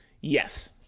Yes